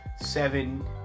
seven